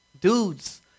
dudes